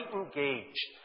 engaged